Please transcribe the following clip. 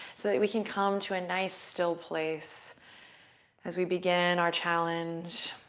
so that we can come to a nice, still place as we begin our challenge.